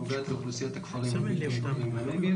נוגעת לאוכלוסיות בכפרים הלא מוכרים בנגב.